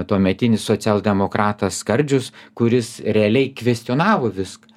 tuometinis socialdemokratas skardžius kuris realiai kvestionavo viską